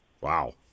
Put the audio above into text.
Wow